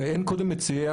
מציעי